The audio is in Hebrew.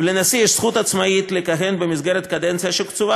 ולנשיא יש זכות עצמאית לכהן במסגרת קדנציה שקצובה